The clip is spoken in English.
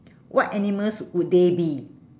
what animals would they be